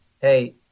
Hey